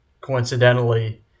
Coincidentally